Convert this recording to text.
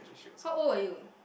how old were you